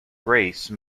grace